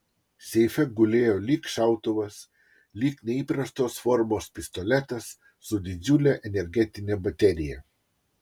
seife gulėjo lyg šautuvas lyg neįprastos formos pistoletas su didžiule energetine baterija